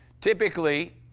typically,